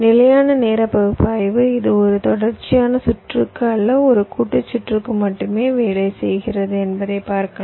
நிலையான நேர பகுப்பாய்வு இது ஒரு தொடர்ச்சியான சுற்றுக்கு அல்ல ஒரு கூட்டு சுற்றுக்கு மட்டுமே வேலை செய்கிறது என்பதை பார்க்கலாம்